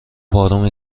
پارو